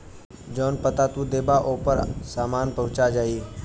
जौन पता तू देबा ओपर सामान पहुंच जाई